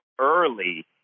early